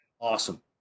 awesome